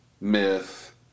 myth